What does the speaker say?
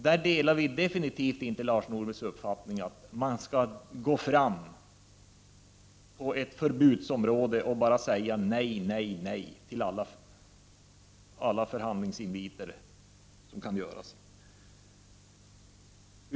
Där delar vi absolut inte Lars Norbergs uppfattning att man bara skall säga nej till alla förhandlingsinviter som kan göras.